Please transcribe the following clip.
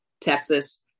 Texas